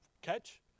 Catch